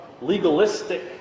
legalistic